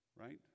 right